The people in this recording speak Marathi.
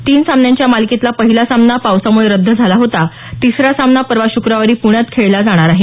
तीन सामन्यांच्या या मालिकेतला पहिला सामना पावसामुळे रद्द झाला होता तिसरा सामना परवा शुक्रवारी पुण्यात खेळवला जाणार आहे